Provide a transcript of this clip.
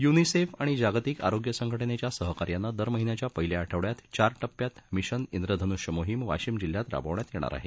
UNICEF आणि जागतिक आरोग्य संघटनेच्या सहकार्यानं दर महिन्याच्या पहिल्या आठवड्यात चार टप्प्यात मिशन इंद्रधनृष्य मोहिम वाशिम जिल्ह्यात राबवण्यात येणार आहे